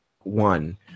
one